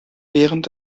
während